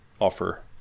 offer